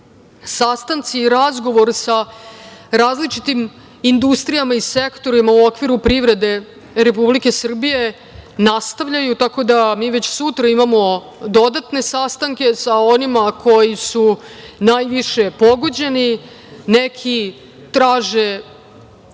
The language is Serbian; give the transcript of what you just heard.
sastanci i razgovor sa različitim industrijama i sektorima u okviru privrede Republike Srbije nastavljaju, tako da mi već sutra imamo dodatne sastanke sa onima koji su najviše pogođeni. Neki traže